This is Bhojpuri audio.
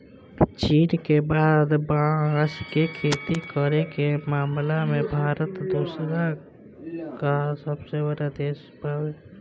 चीन के बाद बांस के खेती करे के मामला में भारत दूसरका सबसे बड़ देश बावे